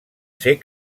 ser